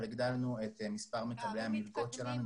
אבל הגדלנו את מספר מקבלי המלגות שלנו,